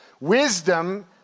wisdom